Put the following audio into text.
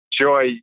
Joy